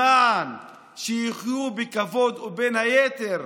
שיאכלו בכבוד, ובין היתר,